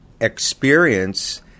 experience